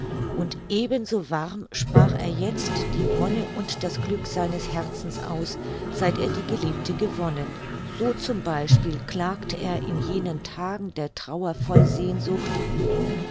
und eben so warm sprach er jetzt die wonne und das glück seines herzens aus seit er die geliebte gewonnen so z b klagte er in jenen tagen der trauer voll sehnsucht